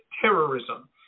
terrorism